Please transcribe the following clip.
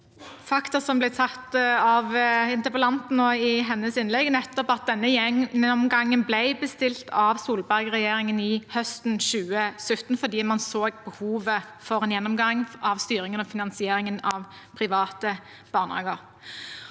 faktum som ble nevnt av interpellanten i hennes innlegg nå, nemlig at den gjennomgangen ble bestilt av Solberg-regjeringen høsten 2017 fordi man så behovet for en gjennomgang av styringen og finansieringen av private barnehager.